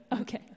Okay